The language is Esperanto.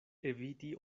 eviti